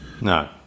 No